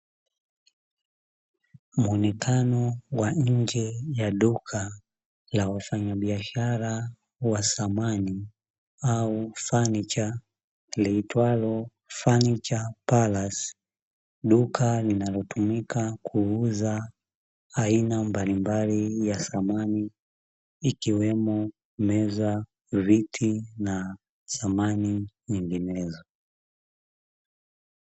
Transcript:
Muonekano wa nje ya duka la wafanyabiashara wa samani au fanicha liitwalo "funiture palace", duka linalotumika kuuza aina mbalimbali ya samani ikiwemo meza, viti na samani nyinginezo.